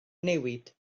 newid